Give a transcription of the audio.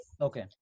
Okay